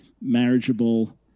marriageable